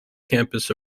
campus